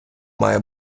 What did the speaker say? має